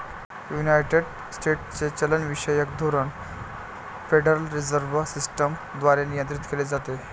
United स्टेट्सचे चलनविषयक धोरण फेडरल रिझर्व्ह सिस्टम द्वारे नियंत्रित केले जाते